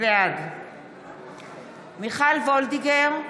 בעד מיכל וולדיגר,